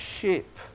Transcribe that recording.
ship